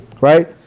Right